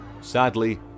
Sadly